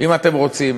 אם אתם רוצים.